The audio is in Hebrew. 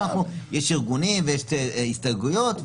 פה יש ארגונים ויש הסתייגויות.